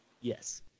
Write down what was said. Yes